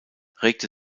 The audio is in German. regte